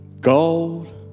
Gold